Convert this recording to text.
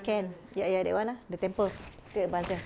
can ya ya that [one] ah the temple take a bus there